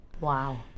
Wow